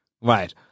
Right